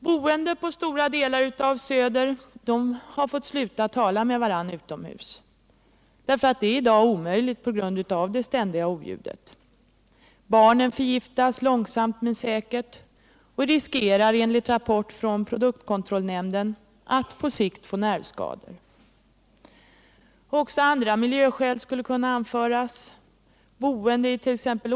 Boende på stora delar av Söder har fått sluta tala med varandra utomhus — det är i dag omöjligt att höra vad som sägs på grund av det ständiga oljudet. Barnen förgiftas långsamt men säkert och riskerar enligt rapport från produktkontrollnämnden att på sikt få nervskador. Också andra miljöskäl skulle kunna anföras mot bron. Boende it.ex.